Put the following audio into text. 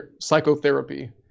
psychotherapy